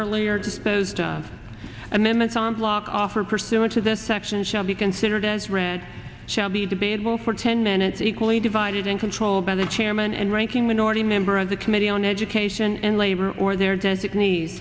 earlier disposed of amendments on block offered pursuant to this section shall be considered as read shall be debated will for ten minutes equally divided and controlled by the chairman and ranking minority member of the committee on education and labor or their design